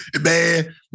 Man